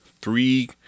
three